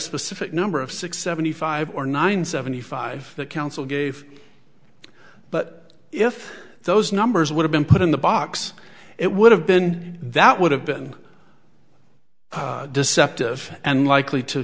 specific number of six seventy five or nine seventy five that counsel gave but if those numbers would have been put in the box it would have been that would have been deceptive and likely to